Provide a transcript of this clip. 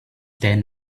them